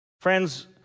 Friends